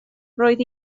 roedd